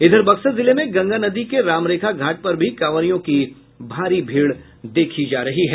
इधर बक्सर जिले में गंगा नदी के रामरेखा घाट पर भी कांवरियों की भारी भीड़ देखी जा रही है